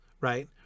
right